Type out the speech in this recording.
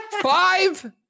Five